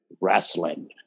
wrestling